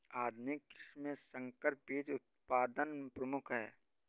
आधुनिक कृषि में संकर बीज उत्पादन प्रमुख है